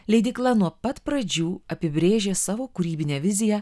leidykla nuo pat pradžių apibrėžė savo kūrybinę viziją